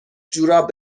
جوراب